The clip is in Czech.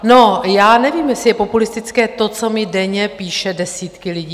No, nevím, jestli je populistické to, co mi denně píší desítky lidí.